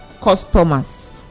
customers